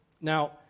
Now